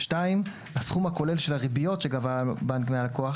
הסכום הכולל של הריביות שגבה הבנק מהלקוח